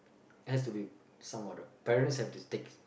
has to be some other parents have to take